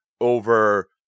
over